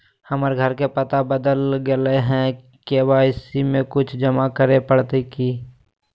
हमर घर के पता बदल गेलई हई, के.वाई.सी में कुछ जमा करे पड़तई की?